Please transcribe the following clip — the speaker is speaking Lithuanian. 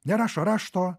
nerašo rašto